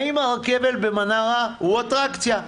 האם הרכבל במנרה הוא אטרקציה?